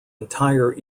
entire